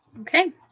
Okay